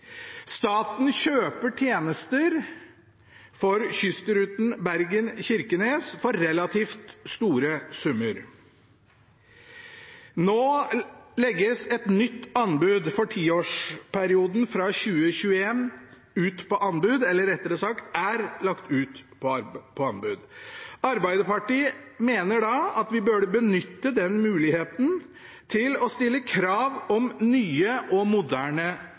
Staten kjøper tjenester for kystruten Bergen–Kirkenes for relativt store summer. Nå legges et nytt anbud for tiårsperioden fra 2021 ut, eller – rettere sagt – det er lagt ut på anbud. Arbeiderpartiet mener da at vi burde benytte muligheten til å stille krav om nye og moderne